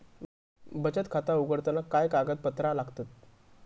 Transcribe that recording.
बचत खाता उघडताना काय कागदपत्रा लागतत?